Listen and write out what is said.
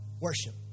Worship